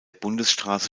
bundesstraße